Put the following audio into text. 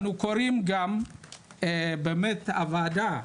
אנו קוראים גם באמת לוועדה,